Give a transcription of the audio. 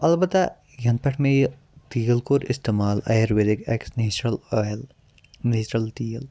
اَلبتہ یَنہٕ پیٹھٕ مےٚ یہِ تیٖل کوٚر اِستعمال اَیُرویدِک ایٚکس نیچرَل اۄیِل نیچرَل تیٖل